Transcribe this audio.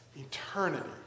eternity